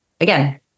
again